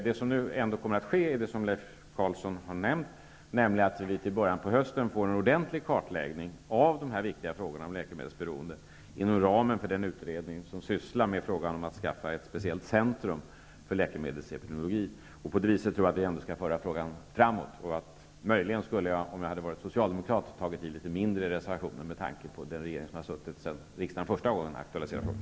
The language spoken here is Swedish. Det som nu kommer att ske till hösten, och som Leif Carlson har nämnt, är en ordentlig kartläggning av de här viktiga frågorna om läkemedelsberoende, inom ramen för den utredning som sysslar med frågan om att skaffa ett speciellt centrum för läkemedelsepidemiologi och utveckling av läkemedelsterapier. På det viset tror jag att frågan kommer att föras framåt. Om jag hade varit socialdemokrat skulle jag möjligen ha tagit i litet mindre, med tanke på den regering som har suttit sedan riksdagen första gången aktualiserade frågan.